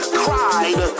cried